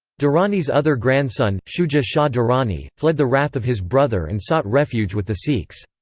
durrani's other grandson, shuja shah durrani, fled the wrath of his brother and sought refuge with the sikhs.